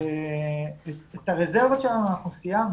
ואת הרזרבות שלנו אנחנו סיימנו.